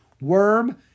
Worm